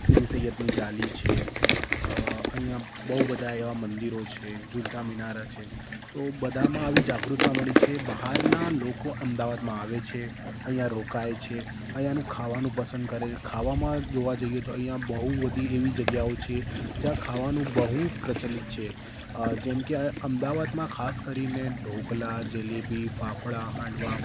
સિદી સૈયદની જાળી છે અહીંયાં બહુ બધા એવા મંદિરો છે જુલતા મિનારા છે તો બધામાં આવી જાગૃકતા મળી છે બહારના લોકો અમદાવાદમાં આવે છે અહીંયાં રોકાય છે અહીંયાંનું ખાવાનું પસંદ કરે ખાવામાં જોવા જઈએ તો અહીંયાં બહુ બધી એવી જગ્યાઓ છે જ્યાં ખાવાનું બહુ પ્રચલિત છે જેમ કે અહ અમદાવાદમાં ખાસ કરીને ઢોકળા જલેબી ફફડા હાંડવા